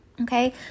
Okay